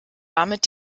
damit